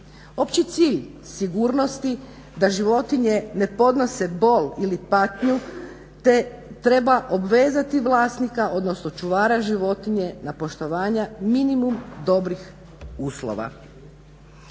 Opći cilj sigurnosti da životinje ne podnose bole ili patnju treba obvezati vlasnika odnosno čuvara životinje na poštovanja minimum dobrih uslova.